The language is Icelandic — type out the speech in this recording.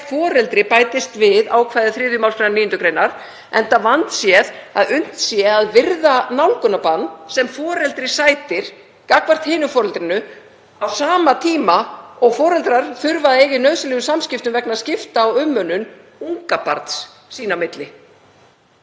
foreldri bætist við ákvæði 3. mgr. 9. gr. enda vandséð að unnt sé að virða nálgunarbann sem foreldri sætir gagnvart hinu foreldrinu á sama tíma og foreldrar þurfa að eiga í nauðsynlegum samskiptum vegna skipta á umönnun ungbarns sín á milli.